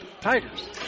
Tigers